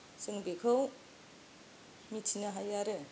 जों बेखौ मिथिनो हायो आरो